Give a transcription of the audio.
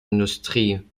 industrie